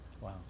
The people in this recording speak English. Wow